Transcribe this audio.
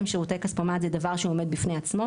שירותי כספומט זה דבר שעומד בפני עצמו,